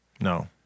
No